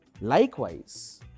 Likewise